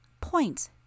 Point